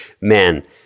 man